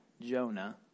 Jonah